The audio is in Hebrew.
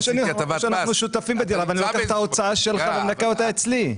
ואני לוקח את ההוצאה שלך ומנכה אותה אצלי.